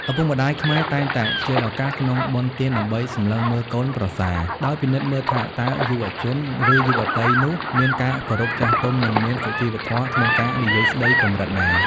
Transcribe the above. ឪពុកម្ដាយខ្មែរតែងតែឆ្លៀតឱកាសក្នុងបុណ្យទាន ដើម្បី "សម្លឹងមើលកូនប្រសា" ដោយពិនិត្យមើលថាតើយុវជន ឬយុវតីនោះមានការគោរពចាស់ទុំ និងមានសុជីវធម៌ក្នុងការនិយាយស្តីកម្រិតណា។